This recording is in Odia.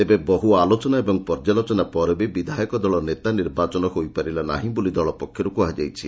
ତେବେ ବହୁ ଆଲୋଚନା ଓ ପର୍ଯ୍ୟାଲୋଚନା ପରେ ବି ବିଧାୟକ ଦଳ ନେତା ନିର୍ବାଚନ ହୋଇପାରିଲା ନାହିଁ ବୋଲି ଦଳ ପକ୍ଷରୁ କୁହାଯାଇଛି